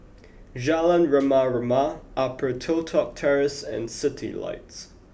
Jalan Rama Rama Upper Toh Tuck Terrace and Citylights